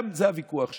זה הוויכוח שלי.